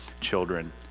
children